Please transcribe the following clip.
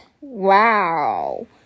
Wow